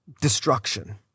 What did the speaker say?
destruction